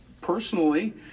Personally